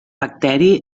bacteri